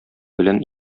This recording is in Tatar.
белән